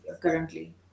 currently